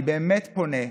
אני באמת פונה,